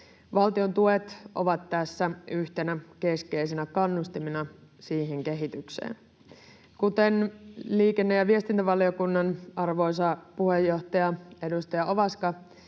Valtion tuet ovat tässä yhtenä keskeisenä kannustimena siihen kehitykseen. Kuten liikenne- ja viestintävaliokunnan arvoisa puheenjohtaja, edustaja Ovaska,